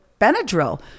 Benadryl